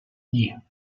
knee